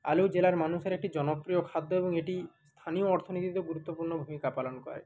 আলু জেলার মানুষের একটি জনপ্রিয় খাদ্য এবং এটি স্থানীয় অর্থনীতিতে গুরুত্বপূর্ণ ভূমিকা পালন করে